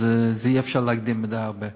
אז אי-אפשר להקדים הרבה.